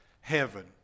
heaven